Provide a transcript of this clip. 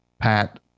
Pat